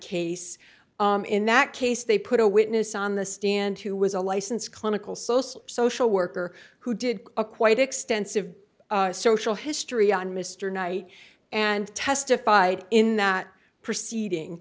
case in that case they put a witness on the stand who was a licensed clinical social social worker who did a quite extensive a social history on mr knight and testified in that proceeding